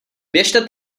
běžte